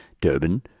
Durban